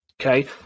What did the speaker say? okay